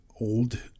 old